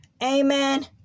Amen